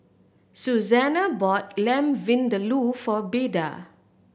Susanna bought Lamb Vindaloo for Beda